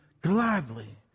gladly